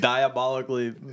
Diabolically